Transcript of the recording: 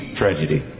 tragedy